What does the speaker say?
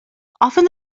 often